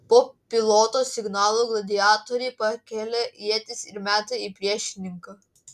po piloto signalo gladiatoriai pakelia ietis ir meta į priešininką